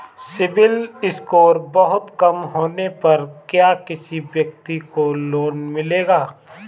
CIBIL score बहुत कम होने पर क्या किसी व्यक्ति को लोंन मिलेगा?